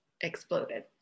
exploded